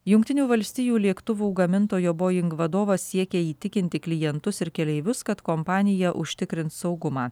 jungtinių valstijų lėktuvų gamintojo boing vadovas siekia įtikinti klientus ir keleivius kad kompanija užtikrins saugumą